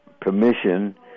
permission